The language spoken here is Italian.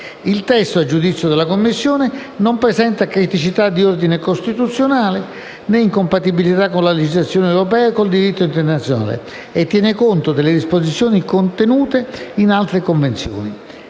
Il testo, a giudizio della Commissione, non presenta criticità di ordine costituzionale, né incompatibilità con la legislazione europea e con il diritto internazionale, e tiene conto delle disposizioni contenute in altre Convenzioni: